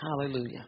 Hallelujah